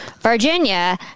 Virginia